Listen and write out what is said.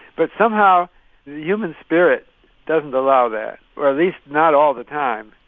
but somehow the human spirit doesn't allow that, or at least not all the time.